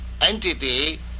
entity